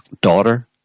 daughter